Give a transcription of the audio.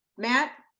matt.